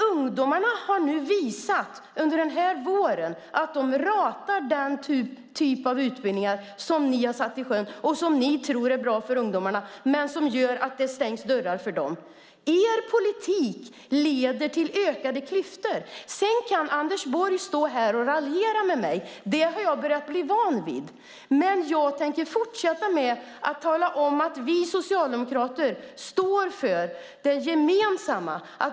Ungdomarna har under denna vår visat att de ratar den typ av utbildningar ni har satt i sjön och som ni tror är bra för ungdomarna men som stänger dörrar för dem. Er politik leder till ökade klyftor. Sedan kan Anders Borg stå här och raljera över mig - det har jag börjat bli van vid. Men jag tänker fortsätta tala om att vi socialdemokrater står för det gemensamma.